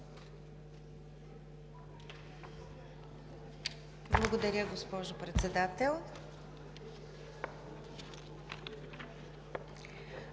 Благодаря Ви, госпожо Председател.